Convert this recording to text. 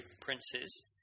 princes